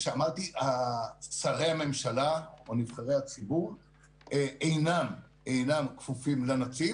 שרי הממשלה או נבחרי הציבור אינם כפופים לנציב